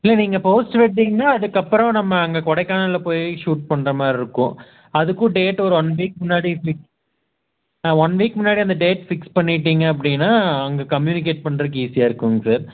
இல்லை நீங்கள் போஸ்ட் வெட்டிங்ன்னா அதுக்கப்புறம் நம்ம அங்கே கொடைக்கானலில் போய் சூட் பண்ணுறமாரி இருக்கும் அதுக்கும் டேட் ஒரு ஒன் வீக் முன்னாடி ஒன் வீக் முன்னாடி அந்த டேட் ஃபிக்ஸ் பண்ணிவிட்டிங்க அப்படின்னா அங்கே கம்யூனிகேட் பண்ணுறதுக்கு ஈஸியாக இருக்குங்க சார்